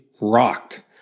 rocked